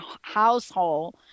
household